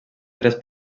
tres